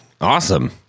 Awesome